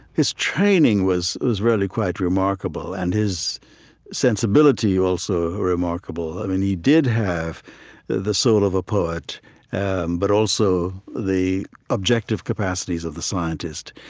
his training was was really quite remarkable and his sensibility also remarkable. and he did have the the soul of a poet and but also the objective capacities of the scientist.